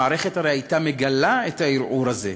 המערכת הרי הייתה מגלה את הערעור הזה,